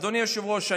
אדוני היושב-ראש,